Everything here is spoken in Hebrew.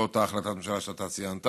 לא אותה החלטת ממשלה שאתה ציינת,